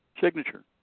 signature